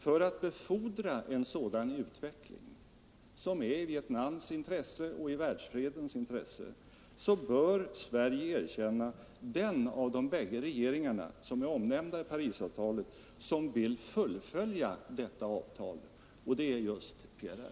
För att befordra en sådan utveckling, som är i Vietnams intresse och i världsfredens intresse, bör Sverige erkänna den av de bägge regeringar som är omnämnda i Parisavtalet som vill fullfölja detta avtal — och det är just PRR.